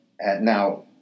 now